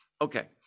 Okay